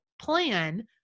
Plan